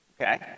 Okay